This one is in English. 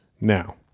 Now